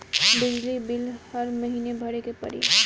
बिजली बिल हर महीना भरे के पड़ी?